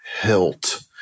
hilt